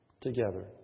together